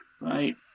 right